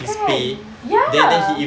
kan ya